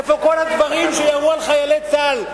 איפה כל הדברים שירו על חיילי צה"ל?